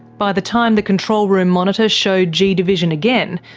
by the time the control room monitor showed g division again,